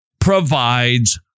provides